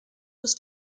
los